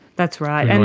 that's right,